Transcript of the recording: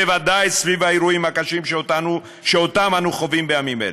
בוודאי סביב האירועים הקשים שאותם אנו חווים בימים אלה.